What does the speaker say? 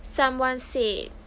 someone said